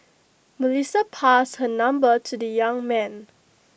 Melissa passed her number to the young man